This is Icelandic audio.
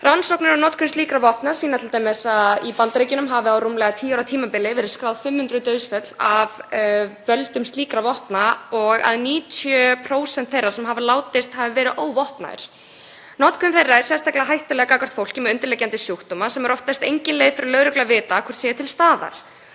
Rannsóknir á notkun slíkra vopna sýna t.d. að í Bandaríkjunum hafa á rúmlega tíu ára tímabili verið skráð 500 dauðsföll af völdum slíkra vopna og að 90% þeirra sem hafa látist hafi verið óvopnuð. Notkun þeirra er sérstaklega hættuleg gagnvart fólki með undirliggjandi sjúkdóma, sem er oftast engin leið fyrir lögreglu að vita hvort séu til staðar.